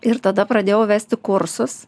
ir tada pradėjau vesti kursus